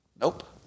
Nope